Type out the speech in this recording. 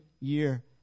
year